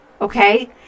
Okay